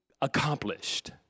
accomplished